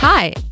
Hi